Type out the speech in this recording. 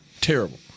Terrible